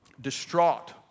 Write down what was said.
distraught